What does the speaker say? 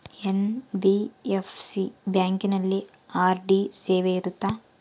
NBFC ಬ್ಯಾಂಕಿನಲ್ಲಿ RD ಸೇವೆ ಇರುತ್ತಾ?